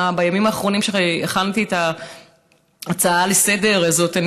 בימים האחרונים כשהכנתי את ההצעה הזאת לסדר-היום,